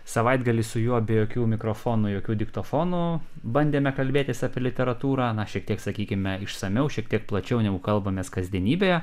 savaitgalį su juo be jokių mikrofonų jokių diktofonų bandėme kalbėtis apie literatūrą na šiek tiek sakykime išsamiau šiek tiek plačiau negu kalbamės kasdienybėje